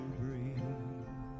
breathe